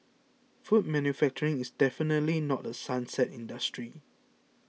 food manufacturing is definitely not a sunset industry